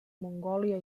mongòlia